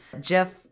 Jeff